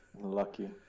lucky